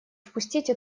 впустите